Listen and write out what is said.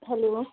hello